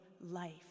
life